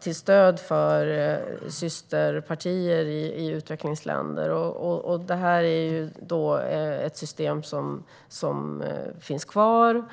till stöd för systerpartier i utvecklingsländer. Detta är ett system som finns kvar.